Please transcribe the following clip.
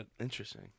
Interesting